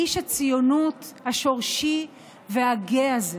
איש הציונות השורשי והגאה הזה.